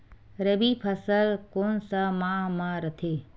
रबी फसल कोन सा माह म रथे?